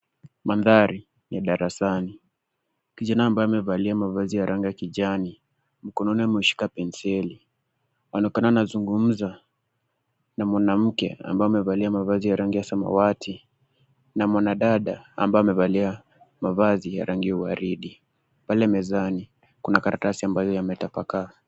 Mandhari ya darasani. Kijana ambaye amevalia mavazi ya rangi ya kijani, mkononi ameshika penseli, anaonekana anazungumza na mwanamke ambaye amevalia mavazi ya rangi ya samawati, na mwanadada ambaye amevalia mavazi ya rangi ya uwaridi. Pale mezani kuna makaratasi ambayo yametapakaa.